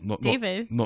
David